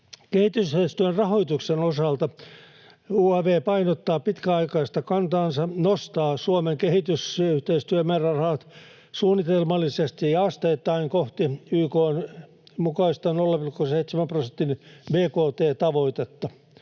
Kehitysyhteistyön rahoituksen osalta UaV painottaa pitkäaikaista kantaansa nostaa Suomen kehitysyhteistyömäärärahat suunnitelmallisesti ja asteittain kohti YK:n mukaista 0,7 prosentin bkt-tavoitetta.